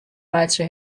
meitsje